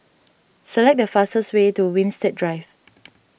select the fastest way to Winstedt Drive